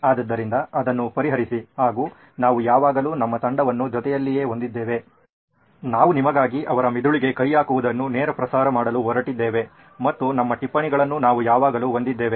ಆದ್ದರಿಂದ ಅದನ್ನು ಪರಿಹರಿಸಿ ಹಾಗೂ ನಾವು ಯಾವಾಗಲೂ ನಮ್ಮ ತಂಡವನ್ನು ಜೊತೆಯಲ್ಲಿಯೇ ಹೊಂದಿದ್ದೇವೆ ನಾವು ನಿಮಗಾಗಿ ಅವರ ಮಿದುಳಿಗೆ ಕೈ ಹಾಕುವುದನ್ನು ನೇರ ಪ್ರಸಾರ ಮಾಡಲು ಹೊರಟಿದ್ದೇವೆ ಮತ್ತು ನಮ್ಮ ಟಿಪ್ಪಣಿಗಳನ್ನು ನಾವು ಯಾವಾಗಲೂ ಹೊಂದಿದ್ದೇವೆ